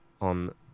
on